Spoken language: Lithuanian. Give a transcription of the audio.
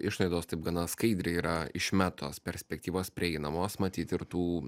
išlaidos taip gana skaidriai yra iš metos perspektyvos prieinamos matyt ir tų